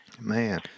Man